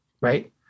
Right